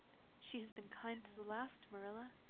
she has been kind to the last, marilla.